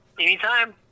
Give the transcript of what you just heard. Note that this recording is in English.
Anytime